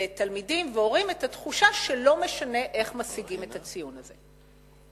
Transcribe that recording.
תלמידים והורים את התחושה שלא משנה איך משיגים את הציון הזה.